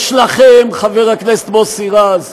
יש לכם, חבר הכנסת מוסי רז,